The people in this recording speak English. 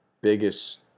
biggest